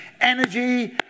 energy